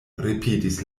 ripetis